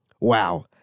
Wow